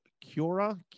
Cura